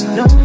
no